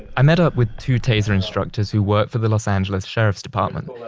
i met up with two taser instructors who work for the los angeles sheriff's department,